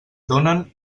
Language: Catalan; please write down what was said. donen